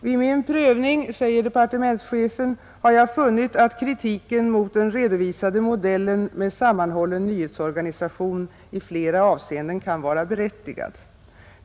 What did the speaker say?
— Vid min prövning har jag funnit att kritiken mot den redovisade modellen med sammanhållen nyhetsorganisation i flera avseenden kan vara berättigad.